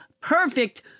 perfect